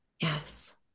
Yes